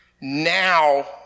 Now